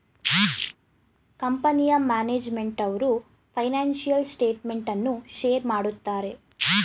ಕಂಪನಿಯ ಮ್ಯಾನೇಜ್ಮೆಂಟ್ನವರು financial statement ಅನ್ನು ಶೇರ್ ಮಾಡುತ್ತಾರೆ